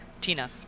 tina